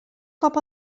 cop